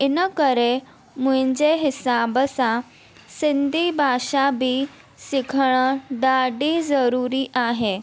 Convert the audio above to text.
इन करे मुंहिंजे हिसाब सां सिंधी भाषा बि सिखण ॾाढी ज़रूरी आहे